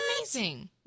amazing